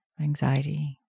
anxiety